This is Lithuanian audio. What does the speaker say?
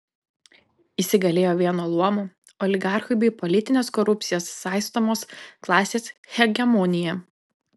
įsigalėjo vieno luomo oligarchų bei politinės korupcijos saistomos klasės hegemonija